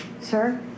sir